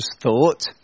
thought